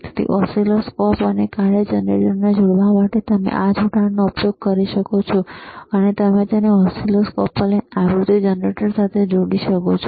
તેથી ઓસિલોસ્કોપ અને કાર્ય જનરેટરને જોડવા માટે તમે આ જોડાણનો ઉપયોગ કરી શકો છો અને તમે તેને ઓસિલોસ્કોપ અને આવૃતિ જનરેટર સાથે જોડી શકો છો